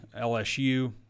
LSU